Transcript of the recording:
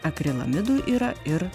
akrilamidų yra ir